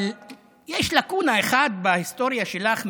אבל יש לקונה אחת בהיסטוריה שלך,